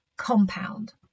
compound